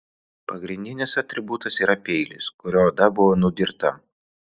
pagrindinis atributas yra peilis kuriuo oda buvo nudirta